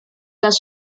das